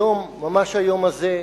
היום, ממש היום הזה,